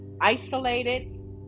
Isolated